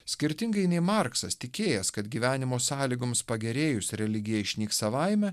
skirtingai nei marksas tikėjęs kad gyvenimo sąlygoms pagerėjus religija išnyks savaime